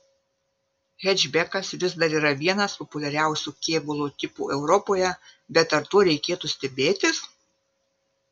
hečbekas vis dar yra vienas populiariausių kėbulo tipų europoje bet ar tuo reikėtų stebėtis